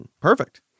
perfect